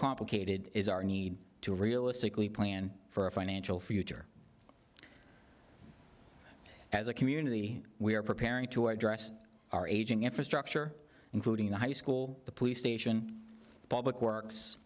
complicated is our need to realistically plan for a financial future as a community we are preparing to address our aging infrastructure including the high school the police station public works